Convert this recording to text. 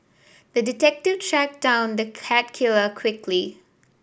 the detective tracked down the cat killer quickly